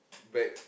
back